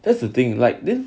that's the thing like this